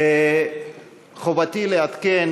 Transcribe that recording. חובתי לעדכן